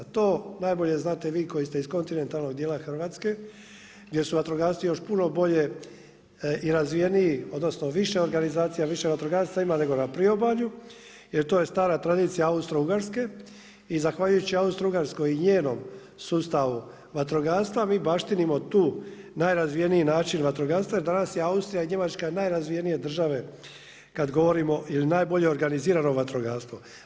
To najbolje znate i vi koji ste iz kontinentalnog dijela Hrvatske gdje su vatrogasci još puno bolje i razvijeniji odnosno više organizacija, više vatrogasaca ima nego na priobalju jer to je stara tradicija Austrougarske i zahvaljujući Austrougarskoj i njenom sustavu vatrogastva mi baštinimo tu najrazvijeniji način vatrogastva jer danas je Austrija i Njemačka najrazvijenije države kada govorimo ili najbolje organizirano vatrogastvo.